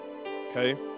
Okay